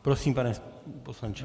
Prosím, pane poslanče.